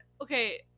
okay